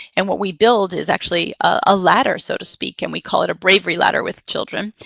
and what we build is actually a ladder, so to speak, and we call it a bravery ladder with children.